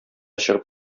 чыгып